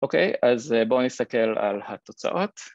אוקיי, אז בואו נסתכל על התוצאות